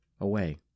away